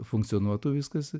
funkcionuotų viskas